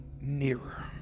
nearer